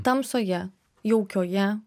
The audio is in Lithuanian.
tamsoje jaukioje